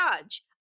judge